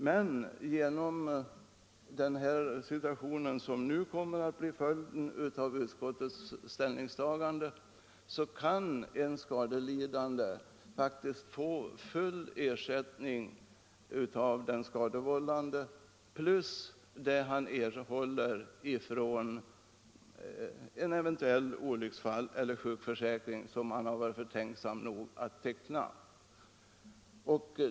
Men genom den situation som kommer att bli följden av utskottets ställningstagande kan en skadelidande faktiskt få full ersättning av den skadevållande plus det som han erhåller från en eventuell olycksfalls eller sjukförsäkring som han varit förtänksam nog att teckna.